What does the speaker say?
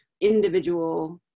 individual